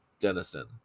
Denison